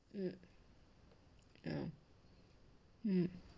mm mm mm